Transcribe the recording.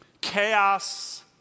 Chaos